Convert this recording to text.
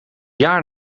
jaar